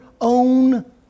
own